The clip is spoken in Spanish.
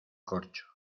corcho